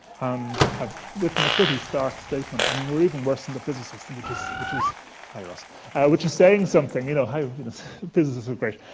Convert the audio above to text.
and have written a pretty stark statement. i mean, we're even worse than the physicists, which is which is hi ross which is saying something. you know physicists are great.